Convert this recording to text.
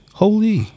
holy